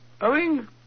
owing